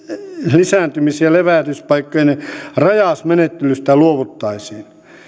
lisääntymis ja levähdyspaikkojen rajausmenettelystä luovuttaisiin